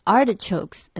Artichokes